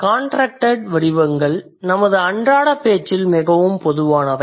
contracted வடிவங்கள் நமது அன்றாட பேச்சில் மிகவும் பொதுவானவை